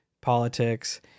politics